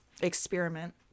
experiment